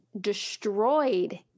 destroyed